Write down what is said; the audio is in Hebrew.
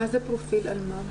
מה זה פרופיל אלמ"ב?